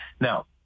now